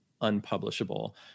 unpublishable